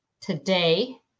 today